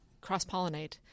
cross-pollinate